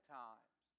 times